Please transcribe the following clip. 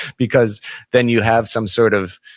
because then you have some sort of,